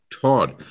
Todd